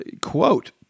quote